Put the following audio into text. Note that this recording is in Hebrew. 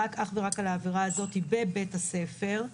רק על העבירה הזאת בבית הספר.